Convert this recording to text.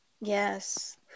Yes